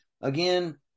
again –